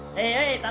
a